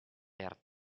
per